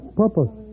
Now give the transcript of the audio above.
purpose